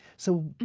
so,